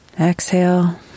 Exhale